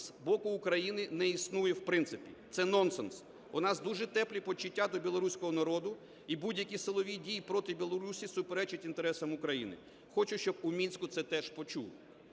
з боку України не існує в принципі, це нонсенс. У нас дуже теплі почуття до білоруського народу, і будь-які силові дії проти Білорусі суперечать інтересам України. Хочу, щоб у Мінську це теж почули.